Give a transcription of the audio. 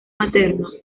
materno